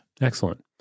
Excellent